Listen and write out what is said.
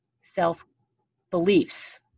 self-beliefs